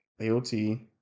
AOT